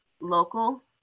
local